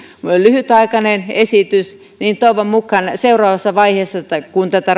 lyhytaikainen esitys niin toivon mukaan seuraavassa vaiheessa silloin kun tätä